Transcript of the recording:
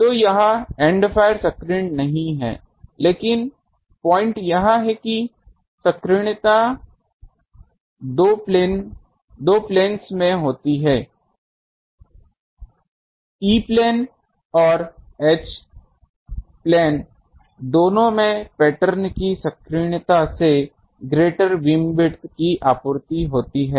तो यहाँ end fire संकीर्ण नहीं है लेकिन पॉइंट यह है कि संकीर्णता दो प्लेनस में होती है E प्लेन और H प्लेन दोनों में पैटर्न कि संकीर्णता से ग्रेटर बीमविद्थ की आपूर्ति होती है